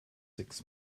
six